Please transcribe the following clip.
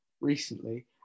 recently